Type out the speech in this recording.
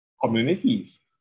communities